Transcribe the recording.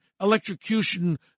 electrocution